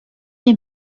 nie